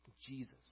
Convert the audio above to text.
Jesus